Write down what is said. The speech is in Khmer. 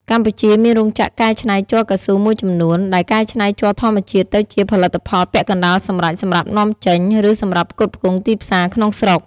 កម្ពុជាមានរោងចក្រកែច្នៃជ័រកៅស៊ូមួយចំនួន ដែលកែច្នៃជ័រធម្មជាតិទៅជាផលិតផលពាក់កណ្តាលសម្រេចសម្រាប់នាំចេញ ឬសម្រាប់ផ្គត់ផ្គង់ទីផ្សារក្នុងស្រុក។